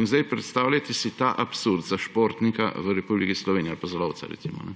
In sedaj si predstavljajte ta absurd za športnika v Republiki Sloveniji ali pa za lovca, recimo,